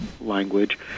language